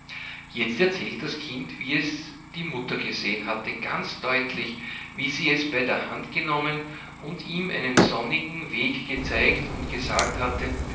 jetzt erzählte das kind wie es die mutter gesehen hatte ganz deutlich wie sie es bei der hand genommen und ihm einen sonnigen weg gezeigt und gesagt hatte